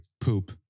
poop